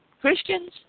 Christians